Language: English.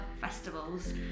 festivals